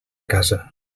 casa